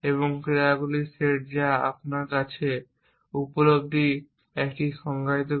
এবং ক্রিয়াগুলির সেট যা আপনার কাছে উপলব্ধ একটি সংজ্ঞায়িত করে